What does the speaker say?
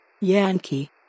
Yankee